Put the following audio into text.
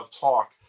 talk